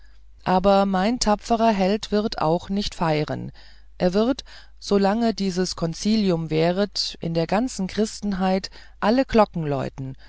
aber mein tapferer held wird auch nicht feiren er wird solang dieses concilium währet in der ganzen christenheit alle